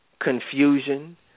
confusion